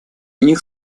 них